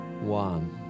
One